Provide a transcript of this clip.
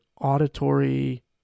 auditory